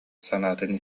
санаатын